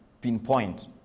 pinpoint